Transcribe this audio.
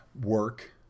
work